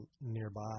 nearby